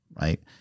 right